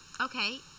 okay